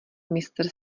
mistr